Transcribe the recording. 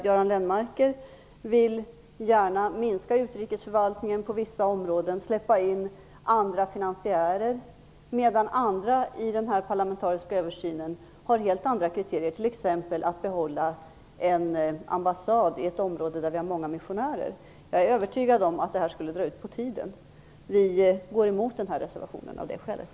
Göran Lennmarker vill gärna minska utrikesförvaltningen på vissa områden och släppa in andra finansiärer, medan andra har helt andra kriterier, t.ex. att behålla en ambassad i ett område där vi har många missionärer. Jag är övertygad om att det skulle dra ut på tiden. Vi går emot reservationen av det skälet.